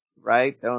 right